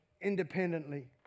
independently